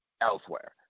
elsewhere